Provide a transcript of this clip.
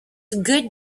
good